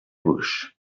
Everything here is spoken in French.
gauche